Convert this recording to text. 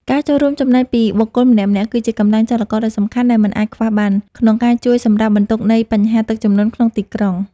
ការចូលរួមចំណែកពីបុគ្គលម្នាក់ៗ គឺជាកម្លាំងចលករដ៏សំខាន់ដែលមិនអាចខ្វះបាន ក្នុងការជួយសម្រាលបន្ទុកនៃបញ្ហាទឹកជំនន់ក្នុងទីក្រុង។